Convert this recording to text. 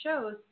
shows